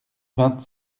vingt